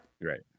Right